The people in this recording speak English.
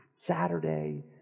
Saturday